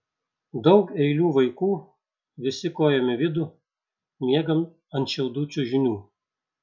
daug eilių vaikų visi kojom į vidų miegam ant šiaudų čiužinių